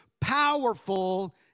powerful